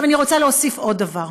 עכשיו, אני רוצה להוסיף עוד דבר.